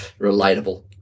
Relatable